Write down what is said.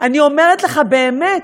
אני אומרת לך, באמת,